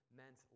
meant